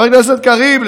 חבר הכנסת קריב,